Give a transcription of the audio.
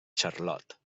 charlot